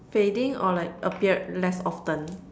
fading or like appeared less often